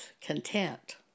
content